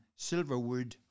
Silverwood